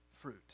fruit